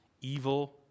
evil